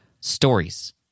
stories